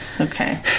okay